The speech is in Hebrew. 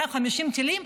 150 טילים,